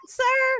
sir